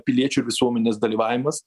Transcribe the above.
piliečių ir visuomenės dalyvavimas